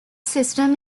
system